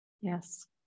Yes